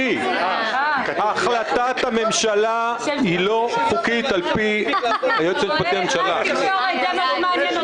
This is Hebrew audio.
החלטת הממשלה לא חוקית לפי היועץ המשפטי לממשלה.